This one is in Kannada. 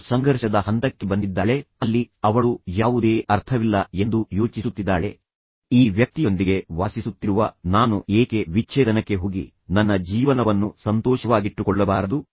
ಅವಳು ಸಂಘರ್ಷದ ಹಂತಕ್ಕೆ ಬಂದಿದ್ದಾಳೆ ಅಲ್ಲಿ ಅವಳು ಯಾವುದೇ ಅರ್ಥವಿಲ್ಲ ಎಂದು ಯೋಚಿಸುತ್ತಿದ್ದಾಳೆ ಈ ವ್ಯಕ್ತಿಯೊಂದಿಗೆ ವಾಸಿಸುತ್ತಿರುವ ನಾನು ಏಕೆ ವಿಚ್ಛೇದನಕ್ಕೆ ಹೋಗಿ ನನ್ನ ಜೀವನವನ್ನು ಸಂತೋಷವಾಗಿಟ್ಟುಕೊಳ್ಳಬಾರದು